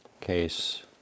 case